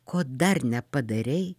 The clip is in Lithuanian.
ko dar nepadarei